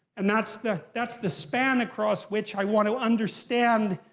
and that's the that's the span across which i want to understand.